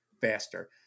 faster